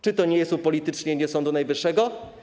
Czy to nie jest upolitycznienie Sądu Najwyższego?